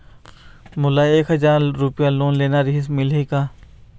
मोला एक हजार रुपया लोन लेना रीहिस, मिलही का?